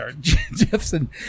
Jefferson